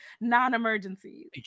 non-emergencies